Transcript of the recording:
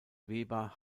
weber